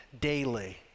daily